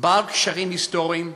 בעל קשרים היסטוריים,